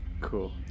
Cool